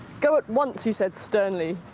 go at once he said sternly,